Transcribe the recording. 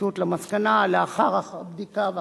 הפרקליטות למסקנה לאחר הבדיקה והחקירה.